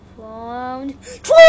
found